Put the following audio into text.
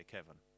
Kevin